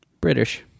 British